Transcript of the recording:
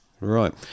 Right